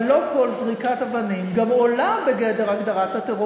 אבל לא כל זריקת אבנים גם עולה בגדר הגדרת הטרור,